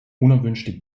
unerwünschte